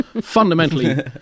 fundamentally